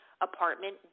apartment